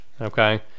Okay